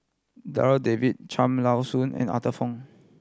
Darryl David Cham Tao Soon and Arthur Fong